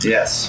Yes